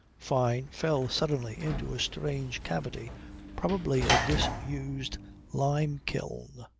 fyne fell suddenly into a strange cavity probably a disused lime-kiln.